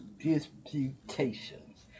disputations